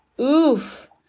Oof